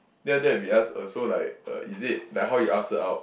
then after that we ask uh so like uh is it like how you ask her out